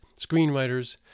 screenwriters